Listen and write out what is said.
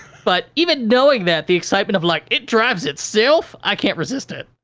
but, even knowing that, the excitement of, like, it drives itself, i can't resist it.